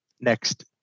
next